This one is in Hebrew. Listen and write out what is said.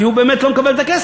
כי הוא באמת לא מקבל את הכסף.